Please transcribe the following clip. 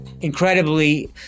incredibly